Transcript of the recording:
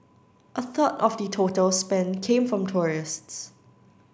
a third of the total spend came from tourists